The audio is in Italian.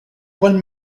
qual